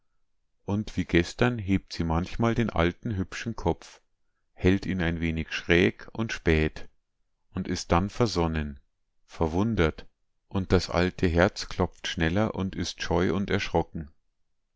und wie gestern hebt sie manchmal den alten hübschen kopf hält ihn ein wenig schräg und späht und ist dann versonnen verwundert und das alte herz klopft schneller und ist scheu und erschrocken